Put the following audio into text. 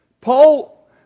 Paul